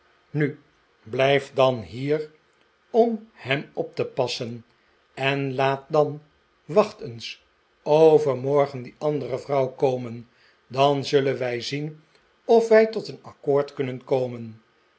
nu blijf dan hier om hem op te passen en laat dan wacht eens overmorgen die andere vrouw komen dan zullen wij zien of wij tot een accoord kunnen komen